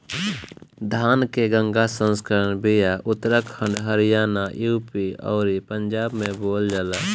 धान के गंगा संकर बिया उत्तराखंड हरियाणा, यू.पी अउरी पंजाब में बोअल जाला